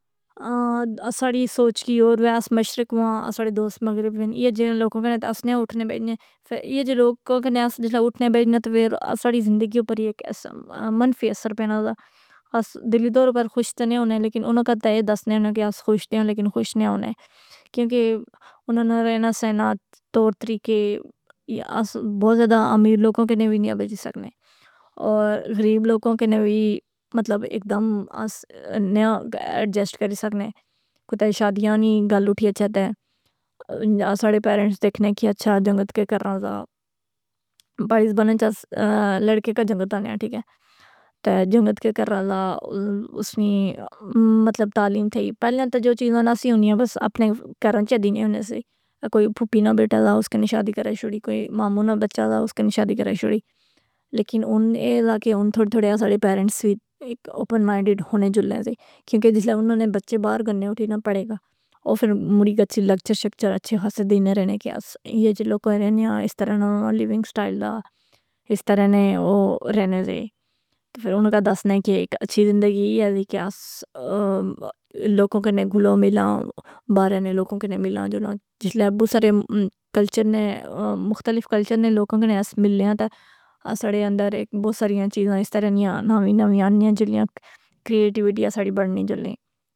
اساڑی سوچ کی اور وے اس مشرق واں اساڑے دوست مغرب ون، ایا جیڑا لوکوں وچ اسنے اٹھنیاں بیٹھنے فر ایا جے لوکوں کنیس جسلہ اُٹھنے بیٹھنے تہ فراساڑی زندگی اپر یہ ایک منفی اثر پینادہ۔ اس دلی طور اپر خوش تہ نی ہونے لیکن اناں کد تہ اے دسنے کہ اس خوش دیاں لیکن خوش نیاں ہونے۔ کیونکہ اناں نہ رہنا سینا تورطریقے، اس بہت زیادہ امیر لوکاں کنے ہوئنے آویج سکنے۔ اور غریب لوکوں کنے وی مطلب ایک دم اس نیا ایڈجسٹ کری سکنے۔ کوتھے شادیاں نی گل اٹھی اچھا تہ اساڑے پیرنٹس دیکھنے کہ اچھا جنگت کے کرنا دا۔ پاہاڑی زباناں اچ اس لڑکے کی جنگت آخنیاں، ٹھیک اے۔ تہ جنگت کے کرنا دا، اس نی مطلب تعلیم تھئ۔ پہلاں تہ جو چیزاں نہ سئ ہونیاں بس اپنے گھراں ای چائدینیاں ہوناں سے۔ کوئی پھپی نہ بیٹا دا اس کنی شادی کرائی شوڑی، کوئی ماموں نہ بچہ دا اس کنی شادی کرائی شوڑی۔ لیکن ہن اے دا کہ ہن تھوڑے تھوڑے اساڑے پیرنٹس وی ایک اوپن مائنڈڈ ہونے جلیا زی۔ کیونکہ جس لے اوناں نے بچّے باہر گنے اٹھینا پڑے گا۔ او فر مڑی گچھی لکچر شکچر اچھے خاسے دینا رہنے کہ اس، ایا جو لوکا رہنے آ اس طرح نہ لیونگ سٹائل دا۔ اس طرح نے او رہنے ذے۔ تہ فر اوناں کا دسنے کہ ایک اچھی زندگی ای ہے دی کہ اس لوکوں کنے گھلاں ملاں باہررہنے لوکوں کنے ملاں جلاں۔ جس لئے اسی بو سارے کلچر نے مختلف کلچر نے لوکاں کنے اس ملنیا تہ اساڑے اندر ایک بہت ساریاں چیزاں اس طرح نیاں نوی نوی آنیاں جیڑیاں کریٹیویٹی اساڑی بڑھنی جلنی.